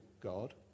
God